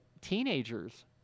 teenagers